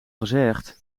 gezegd